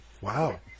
Wow